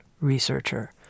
researcher